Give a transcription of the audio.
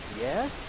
yes